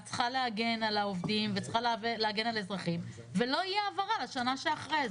צריכה להגן על העובדים ועל האזרחים ולא תהיה העברה לשנה שאחרי.